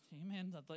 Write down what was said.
Amen